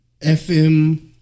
FM